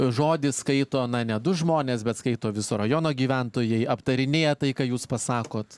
žodį skaito na ne du žmonės bet skaito viso rajono gyventojai aptarinėja tai ką jūs pasakot